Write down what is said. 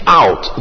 out